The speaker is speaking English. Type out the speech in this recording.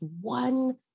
one